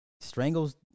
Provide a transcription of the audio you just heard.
Strangles